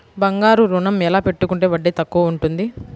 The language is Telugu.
బంగారు ఋణం ఎలా పెట్టుకుంటే వడ్డీ తక్కువ ఉంటుంది?